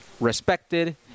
respected